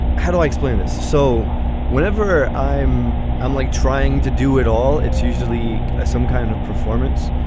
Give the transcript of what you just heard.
how do i explain this? so whenever i'm i'm like, trying to do it all. it's usually ah some kind of performance,